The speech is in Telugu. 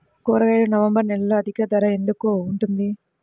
కూరగాయలు నవంబర్ నెలలో అధిక ధర ఎందుకు ఉంటుంది?